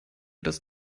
das